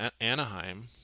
Anaheim